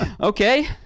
Okay